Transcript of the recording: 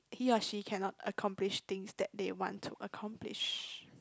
he or she cannot accomplish things that they want to accomplish